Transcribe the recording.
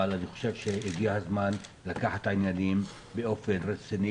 אבל אני חושב שהגיע הזמן לקחת את העניינים באופן רציני,